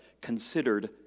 considered